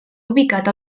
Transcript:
ubicat